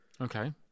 Okay